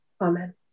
Amen